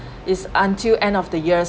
is until end of the year